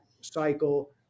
cycle